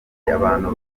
abantu